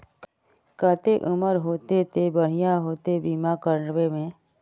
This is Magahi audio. केते उम्र होते ते बढ़िया होते बीमा करबे में?